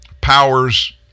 powers